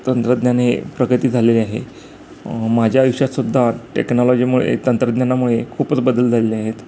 तंत्रज्ञानाने हे प्रगती झालेले आहे माझ्या आयुष्यातसुद्धा टेक्नॉलॉजीमुळे तंत्रज्ञानामुळे खूपच बदल झालेले आहेत